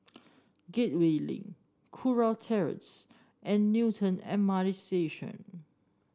Gateway Link Kurau Terrace and Newton M R T Station